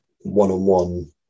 one-on-one